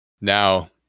now